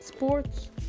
Sports